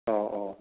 अ अ